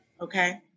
okay